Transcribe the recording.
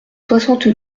soixante